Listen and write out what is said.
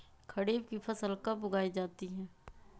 खरीफ की फसल कब उगाई जाती है?